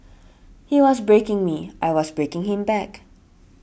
he was breaking me I was breaking him back